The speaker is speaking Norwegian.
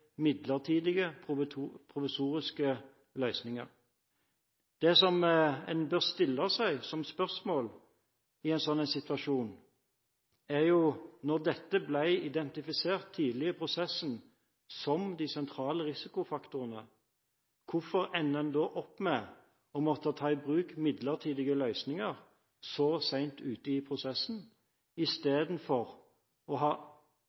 midlertidige, provisoriske løsninger. Det spørsmålet en bør stille seg i en sånn situasjon, er: Når dette ble identifisert tidlig i prosessen som de sentrale risikofaktorene, hvorfor ender en da opp med å måtte ta i bruk midlertidige løsninger så sent ute i prosessen, istedenfor å ha